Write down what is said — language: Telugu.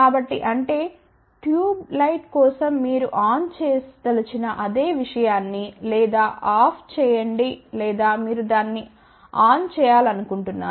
కాబట్టి అంటే ట్యూబ్ లైట్ కోసం మీరు ఆన్ చేయ దలిచిన అదే విషయాన్ని ఆన్ లేదా ఆఫ్ చేయండి లేదా మీరు దాన్ని ఆన్ చేయాలనుకుంటున్నారు